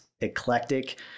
eclectic